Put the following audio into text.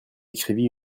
écrivit